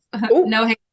No